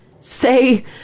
say